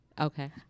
okay